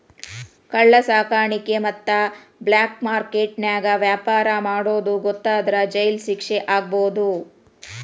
ಕಳ್ಳ ಸಾಕಾಣಿಕೆ ಮತ್ತ ಬ್ಲಾಕ್ ಮಾರ್ಕೆಟ್ ನ್ಯಾಗ ವ್ಯಾಪಾರ ಮಾಡೋದ್ ಗೊತ್ತಾದ್ರ ಜೈಲ್ ಶಿಕ್ಷೆ ಆಗ್ಬಹು